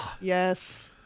yes